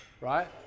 right